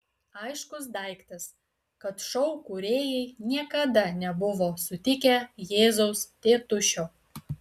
aiškus daiktas kad šou kūrėjai niekada nebuvo sutikę jėzaus tėtušio